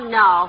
no